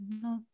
no